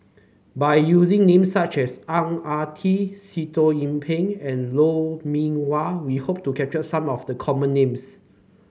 by using names such as Ang Ah Tee Sitoh Yih Pin and Lou Mee Wah we hope to capture some of the common names